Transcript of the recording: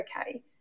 okay